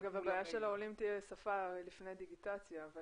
הבעיה של העולים, לפני דיגיטציה תהיה שפה.